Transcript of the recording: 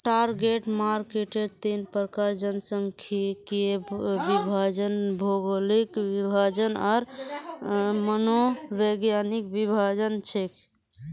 target मार्केटेर तीन प्रकार जनसांख्यिकीय विभाजन, भौगोलिक विभाजन आर मनोवैज्ञानिक विभाजन छेक